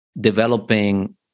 developing